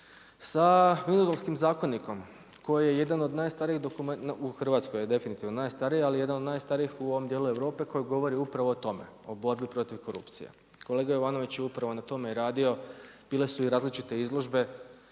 sa Vinodolskim zakonikom, koji je jedan od najstarijih dokumenata, u Hrvatskoj je definitivno najstariji, ali jedan od najstarijih o ovom djelu Europe koji govori upravo o tome, o borbi protiv korupcije. Kolega Jovanović je upravo na tome radio, bile su i različite izložbe,